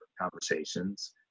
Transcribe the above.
conversations